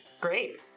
Great